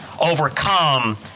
overcome